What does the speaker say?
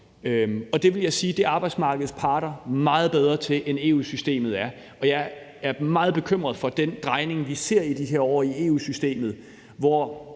det vil jeg sige at arbejdsmarkedets parter er meget bedre til, end EU-systemet er. Jeg er meget bekymret for den drejning, vi ser i de her år, i EU-systemet,